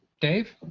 Dave